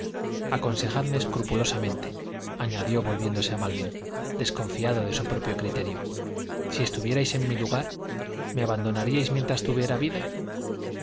aconsejadme escrupulosamente añadió volviéndose a malvin desconfiado de su propio criterio si estuvierais en mi lugar me abandonaríais mientras tuviera vida